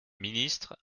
ministre